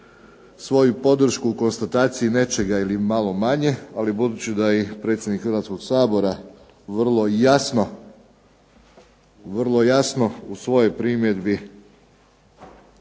svoju podršku konstataciji nečega ili manje manje ali budući da je i predsjednik Hrvatskoga sabora vrlo jasno u svojoj primjedbi